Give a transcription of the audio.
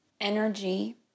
energy